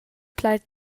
plaid